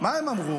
מה הם אמרו?